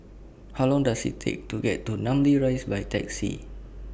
How Long Does IT Take to get to Namly Rise By Taxi